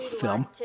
film